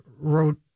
wrote